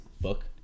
book